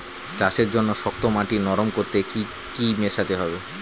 চাষের জন্য শক্ত মাটি নরম করতে কি কি মেশাতে হবে?